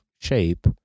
shape